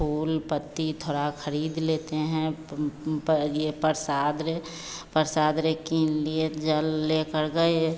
फूल पत्ती थोड़ा खरीद लेते हैं यह परसाद परसाद यह कीन लिए जल लेकर गए